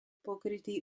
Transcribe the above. pokrytý